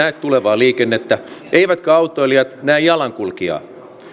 tulevaa liikennettä eivätkä autoilijat näe jalankulkijaa tilanne on